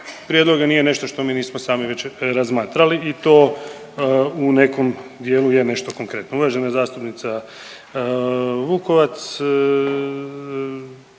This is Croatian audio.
Prijedlog nije nešto što mi nismo sami već razmatrali i to u nekom dijelu je nešto konkretno. Uvažena zastupnica Vukovac